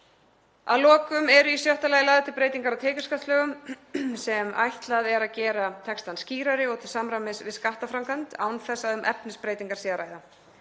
Að lokum eru í sjötta lagi lagðar til breytingar á tekjuskattslögum sem ætlað er að gera textann skýrari og til samræmis við skattframkvæmd án þess að um efnisbreytingar sé að ræða.